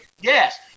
yes